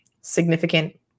significant